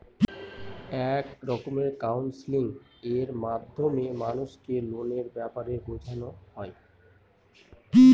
এক রকমের কাউন্সেলিং এর মাধ্যমে মানুষকে লোনের ব্যাপারে বোঝানো হয়